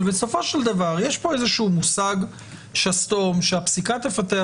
בסופו של דבר יש פה מושג שסתום שהפסיקה תפתח.